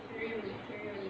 தேவையில்ல:thevailla